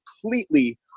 completely